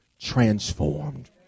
transformed